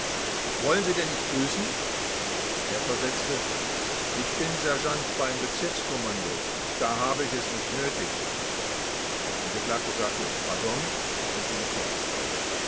wollen sie denn nicht grüßen er versetzte ich bin sergeant beim bezirkskommando da habe ich es nicht nötig der angeklagte sagte pardon und ging fort